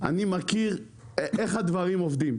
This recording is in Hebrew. מכיר איך הדברים עובדים.